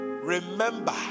Remember